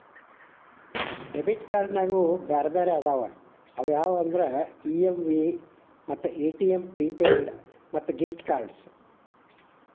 debit ಕ್ಯಾರ್ಡ್ನ್ಯಾಗು ಬ್ಯಾರೆ ಬ್ಯಾರೆ ಅದಾವ ಅವ್ಯಾವಂದ್ರ ಇ.ಎಮ್.ವಿ ಮತ್ತ ಎ.ಟಿ.ಎಂ ಪ್ರಿಪೇಯ್ಡ್ ಮತ್ತ ಗಿಫ್ಟ್ ಕಾರ್ಡ್ಸ್